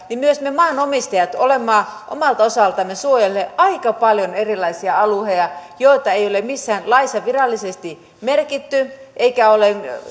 myös me me maanomistajat olemme omalta osaltamme suojelleet aika paljon erilaisia alueita joita ei ole missään laissa virallisesti merkitty eikä